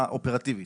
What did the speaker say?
אופרטיבית.